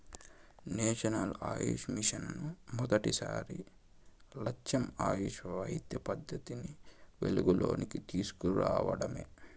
national AYUSH mission మొదటి లచ్చెం ఆయుష్ వైద్య పద్దతిని వెలుగులోనికి తీస్కు రావడమే